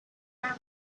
round